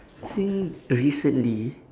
think recently